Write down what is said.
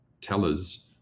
tellers